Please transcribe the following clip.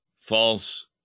false